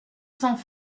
cents